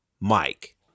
Mike